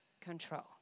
control